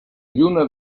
lluna